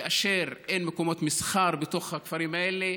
כאשר אין מקומות מסחר בתוך הכפרים האלה,